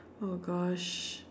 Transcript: oh gosh